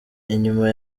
inyuma